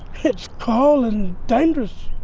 it's cold and dangerous.